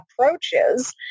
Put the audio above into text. approaches